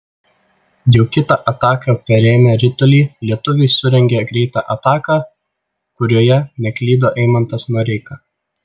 jau kitą ataką perėmę ritulį lietuviai surengė greitą ataką kurioje neklydo eimantas noreika